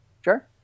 Sure